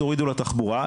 תורידו לתחבורה,